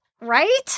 Right